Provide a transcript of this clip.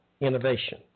innovation